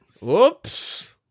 Whoops